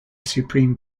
supreme